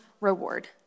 reward